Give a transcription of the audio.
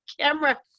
camera